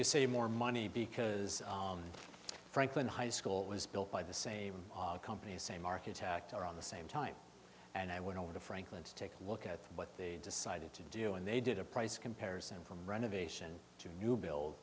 you say more money because franklin high school was built by the same company same architect or on the same time and i went over to franklin to take a look at what they decided to do and they did a price comparison from renovation to new buil